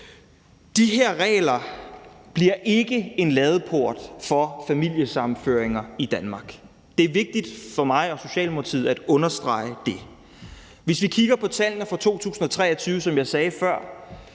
De her regler bliver ikke en ladeport for familiesammenføringer til Danmark. Det er det vigtigt for mig og for Socialdemokratiet at understrege. Hvis vi kigger på tallene fra 2023, som jeg nævnte før,